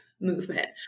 movement